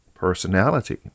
personality